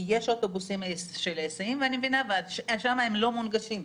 כי יש אוטובוסים של היסעים והם לא מונגשים.